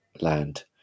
land